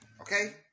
Okay